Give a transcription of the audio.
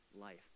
life